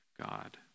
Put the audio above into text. God